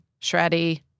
Shreddy